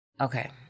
okay